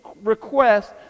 request